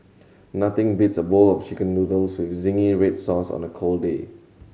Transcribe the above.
nothing beats a bowl of Chicken Noodles with zingy red sauce on a cold day